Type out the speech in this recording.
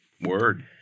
Word